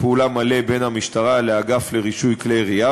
פעולה מלא בין המשטרה לאגף לרישוי כלי ירייה.